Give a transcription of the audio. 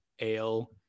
ale